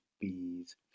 bees